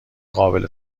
قابل